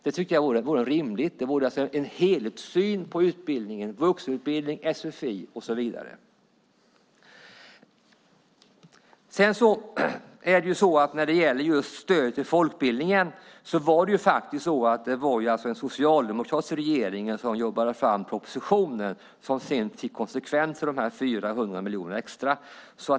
Det vore att ha en helhetssyn på utbildningen - vuxenutbildning, sfi och så vidare. När det gäller stödet till folkbildningen var det den socialdemokratiska regeringen som jobbade fram propositionen som sedan fick konsekvenser, de 400 miljonerna extra.